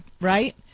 Right